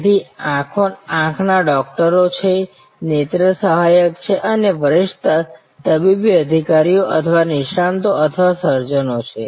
તેથી આંખના ડોકટરો છે નેત્ર સહાયક છે અને વરિષ્ઠ તબીબી અધિકારીઓ અથવા નિષ્ણાતો અથવા સર્જનો છે